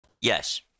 yes